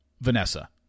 Vanessa